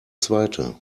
zweite